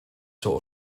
sort